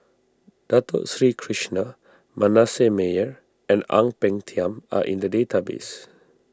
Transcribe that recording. Dato Sri Krishna Manasseh Meyer and Ang Peng Tiam are in the database